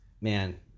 Man